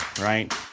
right